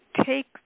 take